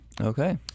Okay